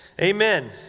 Amen